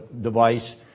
device